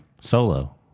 Solo